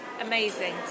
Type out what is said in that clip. amazing